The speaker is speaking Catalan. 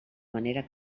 manera